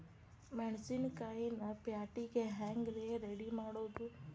ಮೆಣಸಿನಕಾಯಿನ ಪ್ಯಾಟಿಗೆ ಹ್ಯಾಂಗ್ ರೇ ರೆಡಿಮಾಡೋದು?